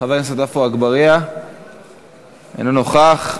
חבר הכנסת עפו אגבאריה, איננו נוכח.